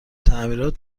تعمیرات